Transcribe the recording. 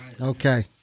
Okay